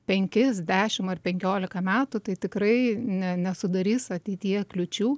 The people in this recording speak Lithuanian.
penkis dešim ar penkiolika metų tai tikrai ne nesudarys ateityje kliūčių